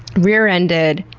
rear ended,